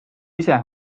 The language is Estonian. ise